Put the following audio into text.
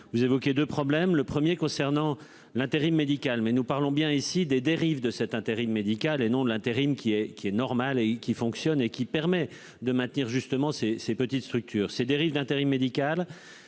Vous évoquez de problèmes le 1er concernant l'intérim médical mais nous parlons bien ici des dérives de cet intérim médical et non de l'intérim qui est qui est normal et y'qui fonctionne et qui permet de maintenir justement ces ces petites structures ces dérives d'intérim médical.